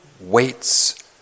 waits